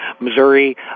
Missouri